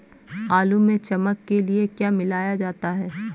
आलू में चमक के लिए क्या मिलाया जाता है?